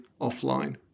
offline